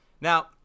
Now